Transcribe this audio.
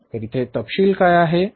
तर इथे तपशील काय आहे